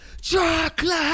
Chocolate